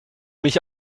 mich